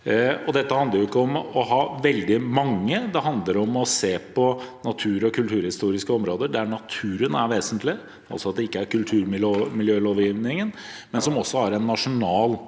det handler om å se på natur- og kulturhistoriske områder der naturen er vesentlig – altså at det ikke går under kulturmiljølovgivningen – og som også har en nasjonal